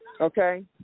Okay